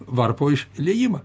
varpo išliejimą